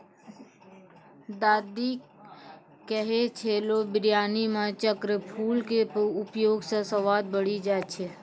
दादी कहै छेलै बिरयानी मॅ चक्रफूल के उपयोग स स्वाद बढ़ी जाय छै